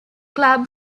club